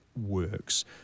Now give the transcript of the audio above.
works